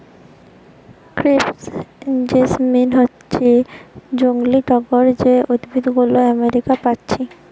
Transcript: crepe jasmine হচ্ছে জংলি টগর যে উদ্ভিদ গুলো আমেরিকা পাচ্ছি